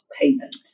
payment